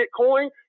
Bitcoin